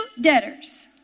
debtors